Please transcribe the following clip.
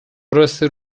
burası